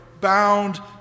bound